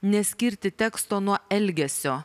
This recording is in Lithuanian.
neskirti teksto nuo elgesio